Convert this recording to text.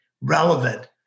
relevant